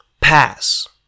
Pass